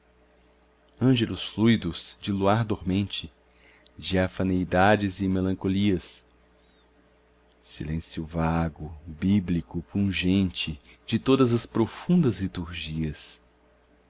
ângelus fluidos de luar dormente diafaneidades e melancolias silêncio vago bíblico pungente de todas as profundas liturgias é